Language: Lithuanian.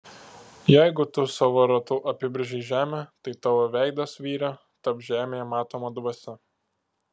jeigu tu savo ratu apibrėžei žemę tai tavo veidas vyre taps žemėje matoma dvasia